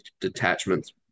detachments